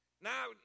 Now